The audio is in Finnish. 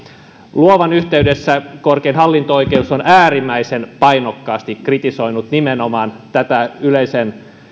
luovan yhteydessä korkein hallinto oikeus on äärimmäisen painokkaasti kritisoinut lakiesityksessä nimenomaan tätä yleisen